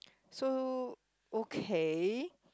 so okay